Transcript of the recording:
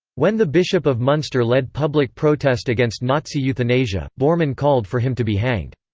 when the bishop of munster led public protest against nazi euthanasia, bormann called for him to be hanged.